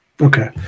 Okay